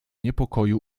niepokoju